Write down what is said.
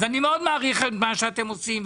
אני מאוד מעריך את מה שאתם עושים,